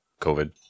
COVID